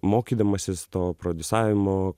mokydamasis to prodiusavimo